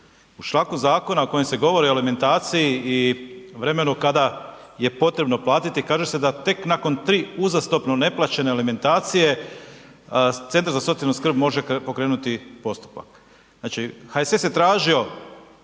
U članku zakona u kojem se govori o alimentaciji i vremenu kada je potrebno platiti kaže se da tek nakon tri uzastopno neplaćene alimentacije centar za socijalnu skrb može pokrenuti postupak.